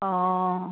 অঁ